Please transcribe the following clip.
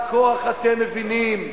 רק כוח אתם מבינים.